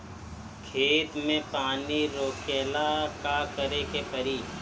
खेत मे पानी रोकेला का करे के परी?